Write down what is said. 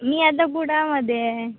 मी आता कुडाळमध्ये आहे